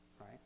right